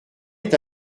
est